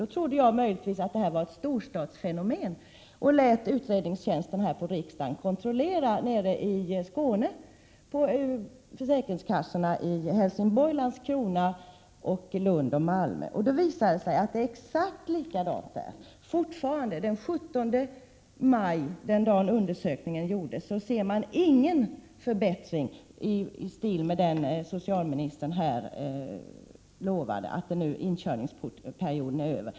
Jag trodde att detta möjligen kunde vara ett storstadsfenomen och lät därför utredningstjänsten i riksdagen kontrollera förhållandena vid försäkringskassorna i Helsingborg, Landskrona, Lund och Malmö. Det visade sig då att det är exakt likadant vid dessa kassor. Den 17 maj, dvs. den dag då undersökningen gjordes, såg man ingen förbättring av det slag som utlovats komma efter inkörningsperioden.